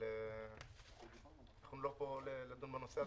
אבל אנחנו לא פה לדון בנושא הזה.